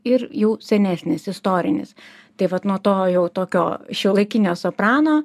ir jau senesnis istorinis tai vat nuo to jau tokio šiuolaikinio soprano